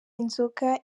inzoga